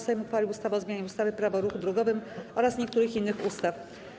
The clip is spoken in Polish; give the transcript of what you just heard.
Sejm uchwalił ustawę o zmianie ustawy - Prawo o ruchu drogowym oraz niektórych innych ustaw.